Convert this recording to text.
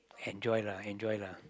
enjoy lah enjoy lah